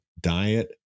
diet